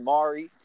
Mari